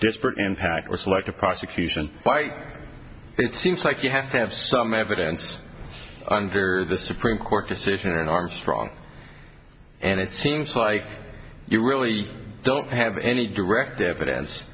disparate impact or selective prosecution by it seems like you have to have some evidence under the supreme court decision armstrong and it seems like you really don't have any direct evidence